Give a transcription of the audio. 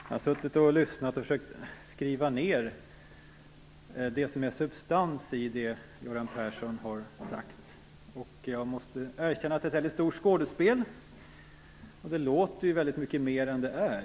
Herr talman! Jag har försökt skriva ned substansen i det som Göran Persson har sagt. Jag måste erkänna att det är fråga om ett mycket stort skådespel. Det låter väldigt mycket mer än det är.